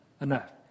enough